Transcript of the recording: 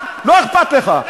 לא אכפת לך.